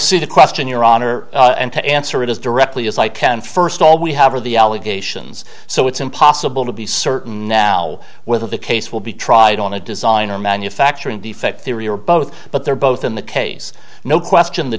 see the question your honor and to answer it as directly as i can first of all we have are the allegations so it's impossible to be certain now whether the case will be tried on a design or manufacturing defect theory or both but they're both in the case no question the